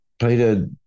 Peter